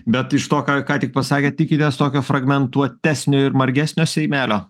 bet iš to ką ką tik pasakėt tikitės tokią fragmentuotesnio ir margesnio seimelio